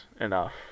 enough